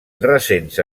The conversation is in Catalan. recents